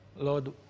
Lord